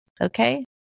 Okay